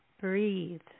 breathe